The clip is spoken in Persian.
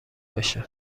بشه